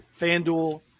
FanDuel